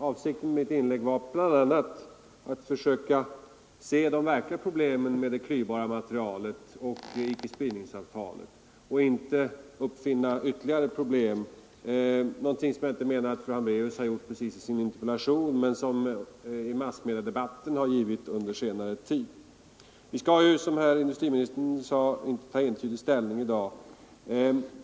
Avsikten med mitt inlägg var bl.a. att försöka se de verkliga problemen med det klyvbara materialet och icke-spridningsavtalet och inte uppfinna nya problem. Jag menar inte att fru Hambraeus precis har gjort detta i sin interpellation, men massmediadebatten har givit upphov till sådant under senare tid. Vi skall ju, som herr industriministern sade, inte ta entydig ställning i dag.